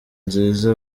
nziza